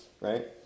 right